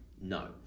No